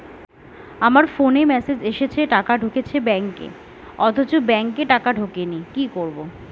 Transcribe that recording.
আমার ফোনে মেসেজ এসেছে টাকা ঢুকেছে ব্যাঙ্কে অথচ ব্যাংকে টাকা ঢোকেনি কি করবো?